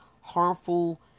harmful